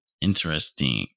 interesting